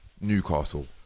Newcastle